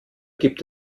gibt